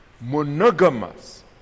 monogamous